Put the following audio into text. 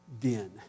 den